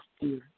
fear